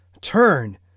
Turn